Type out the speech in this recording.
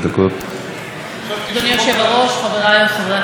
יוצא לי מדי פעם להיתקל באנשים שמרגישים